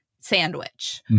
sandwich